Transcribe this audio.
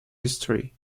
history